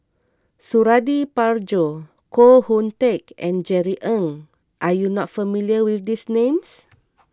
Suradi Parjo Koh Hoon Teck and Jerry Ng are you not familiar with these names